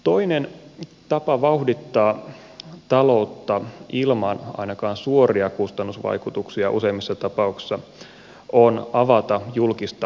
toinen tapa vauhdittaa taloutta ilman ainakaan suoria kustannusvaikutuksia useimmissa tapauksissa on avata julkista dataa